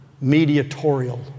mediatorial